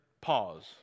pause